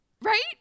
Right